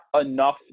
enough